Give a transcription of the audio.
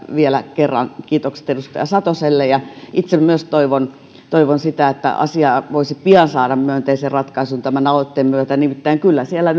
vielä kerran kiitokset edustaja satoselle ja itse myös toivon että asia voisi pian saada myönteisen ratkaisun tämän aloitteen myötä nimittäin kyllä siellä